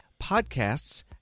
podcasts